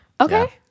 Okay